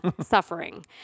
suffering